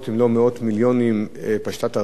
פשטה את הרגל והפסיקה לפעול,